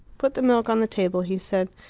put the milk on the table, he said.